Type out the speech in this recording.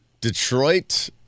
Detroit